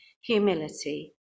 humility